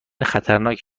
خطرناکی